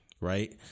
right